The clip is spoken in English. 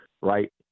Right